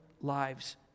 lives